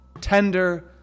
tender